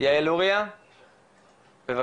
ד"ר יעל לוריא, בבקשה.